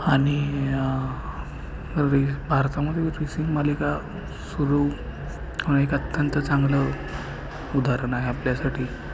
आणि रेस भारतामध्ये रेसिंग मालिका सुरू एक अत्यंत चांगलं उदाहरण आहे आपल्यासाठी